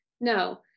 No